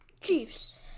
Chiefs